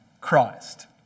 Christ